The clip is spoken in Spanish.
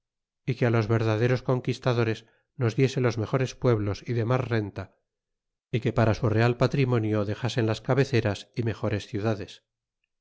y que los verdaderos conquistadores nos diese los mejores pueblos y de mas renta y que para su real patrimonio dexasen las cabeceras y mejores ciudades